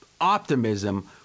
optimism